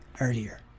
earlier